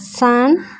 ସାନ୍